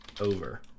Over